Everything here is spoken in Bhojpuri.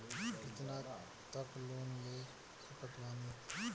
कितना तक लोन ले सकत बानी?